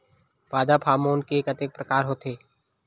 पादप हामोन के कतेक प्रकार के होथे?